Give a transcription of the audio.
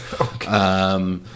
Okay